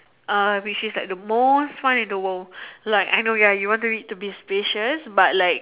uh which is like the most fun in the world like I know ya you want it to be spacious but like